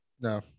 no